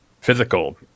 physical